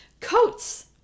Coats